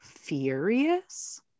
furious